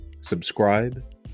subscribe